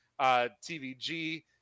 TVG